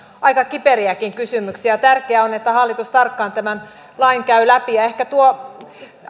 aika kiperiäkin kysymyksiä tärkeää on että hallitus tarkkaan tämän lain käy läpi ja ehkä tuo